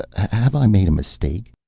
have i made a mistake?